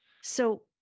So-